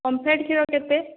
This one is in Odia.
ଓମଫେଡ଼ କ୍ଷୀର କେତେ